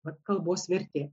vat kalbos vertė